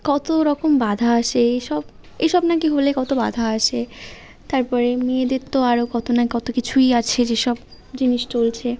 কত রকম বাধা আসে এই সব এসব নাকি হলে কত বাধা আসে তার পরে মেয়েদের তো আরও কত না কত কিছুই আছে যেসব জিনিস চলছে